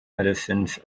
medicines